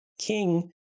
King